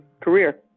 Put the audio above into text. career